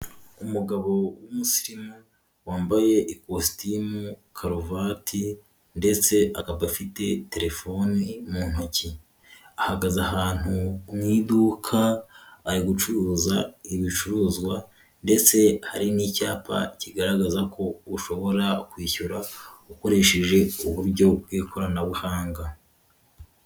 Umugabo w'umusirimu wambaye ikositimu, karuvati ndetse akaba afite telefoni mu ntoki, ahagaze ahantu mu iduka ari gucuruza ibicuruzwa ndetse hari n'icyapa kigaragaza ko ushobora kwishyura ukoresheje uburyo bw'ikoranabuhanga.